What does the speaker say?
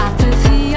Apathy